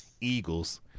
Eagles